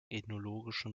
ethnologischen